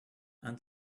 and